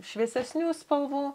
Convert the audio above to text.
šviesesnių spalvų